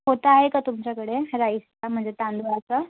पोतं आहे तुमच्याकडे राईसचा म्हणजे तांदुळाचा